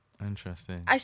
interesting